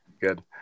good